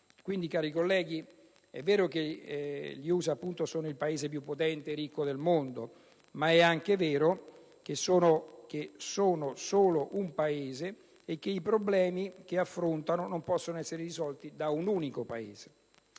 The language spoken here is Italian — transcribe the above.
carceri. Cari colleghi, è vero che gli USA sono il Paese più potente e ricco del mondo, ma è anche vero che sono un solo Paese e che i problemi che affrontano non possono essere risolti da un unico Paese.